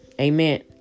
amen